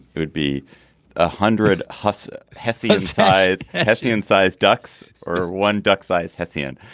it would be a hundred hustle has these five hessian sized ducks or one duck sized hessian.